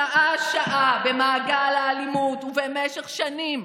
שעה-שעה, במעגל האלימות, ובמשך שנים,